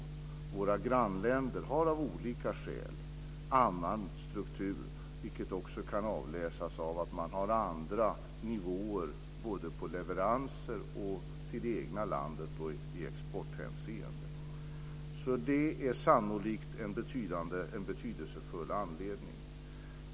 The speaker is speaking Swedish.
Våra grannländer har av olika skäl en annan struktur, vilket också kan avläsas av att de har andra nivåer både när det gäller leveranser till det egna landet och i exporthänseende. Det är sannolikt en betydelsefull anledning.